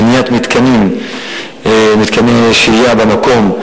בניית מתקני שהייה במקום,